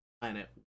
planet